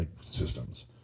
systems